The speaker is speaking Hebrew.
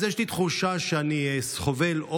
אז יש לי תחושה שאני סובל,